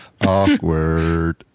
awkward